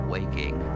Waking